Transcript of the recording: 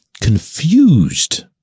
confused